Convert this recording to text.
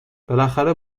بالاخره